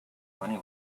money